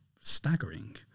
staggering